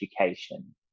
education